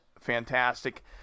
fantastic